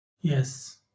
Yes